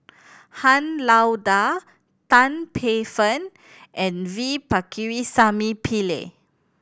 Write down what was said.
Han Lao Da Tan Paey Fern and V Pakirisamy Pillai